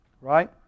Right